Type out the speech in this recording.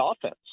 offense